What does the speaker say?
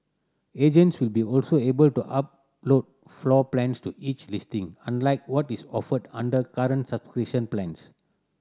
agents will be also able to upload floor plans to each listing unlike what is offered under current subscription plans